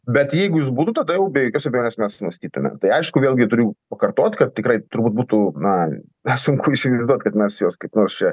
bet jeigu jis būtų tada jau be jokios abejonės mes mąstytume tai aišku vėlgi turiu pakartot kad tikrai turbūt būtų na na sunku įsivaizduot kad mes juos kaip nors čia